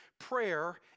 Prayer